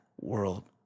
world